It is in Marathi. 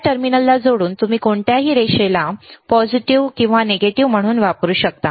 या टर्मिनलला जोडून तुम्ही कोणत्याही रेषेला सकारात्मक म्हणून कोणत्याही रेषा नकारात्मक म्हणून वापरू शकता